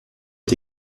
est